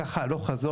וככה זה הלוך-חזור,